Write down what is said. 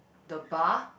the bar